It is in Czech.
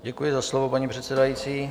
Děkuji za slovo, paní předsedající.